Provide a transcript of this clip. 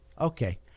okay